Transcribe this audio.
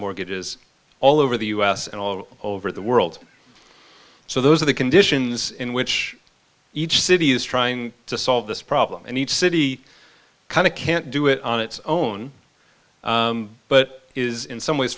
mortgages all over the u s and all over the world so those are the conditions in which each city is trying to solve this problem and each city kind of can't do it on its own but is in some ways